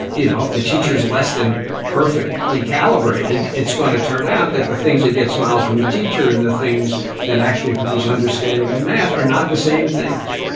you know, if the teacher's less than perfectly calibrated, it's going to turn out that the things that get smiles from the teacher and the things that actually produce understanding of math are not the same things